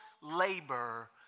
labor